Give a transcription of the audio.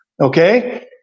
Okay